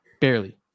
barely